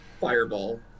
Fireball